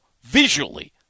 Visually